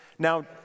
Now